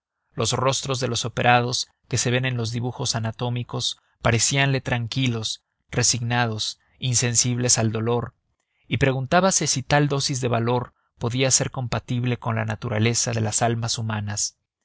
los rostros de los operados que se ven en los dibujos anatómicos parecíanle tranquilos resignados insensibles al dolor y preguntábase si tal dosis de valor podía ser compatible con la naturaleza de las almas humanas